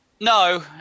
No